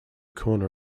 corner